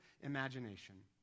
imagination